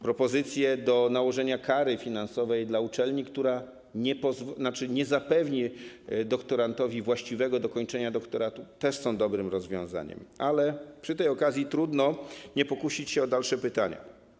Propozycje nałożenia kary finansowej dla uczelni, która nie zapewni doktorantowi właściwego dokończenia doktoratu, też są dobrym rozwiązaniem, ale przy tej okazji trudno nie pokusić się o dalsze pytania.